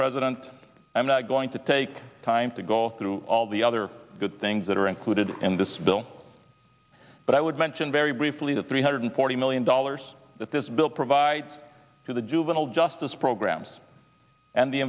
president i'm not going to take time to go through all the other good things that are included in this bill but i would mention very briefly the three hundred forty million dollars that this bill provides to the juvenile justice programs and the